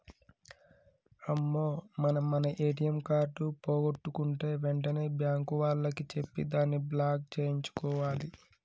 అమ్మో మనం మన ఏటీఎం కార్డు పోగొట్టుకుంటే వెంటనే బ్యాంకు వాళ్లకి చెప్పి దాన్ని బ్లాక్ సేయించుకోవాలి